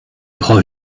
hold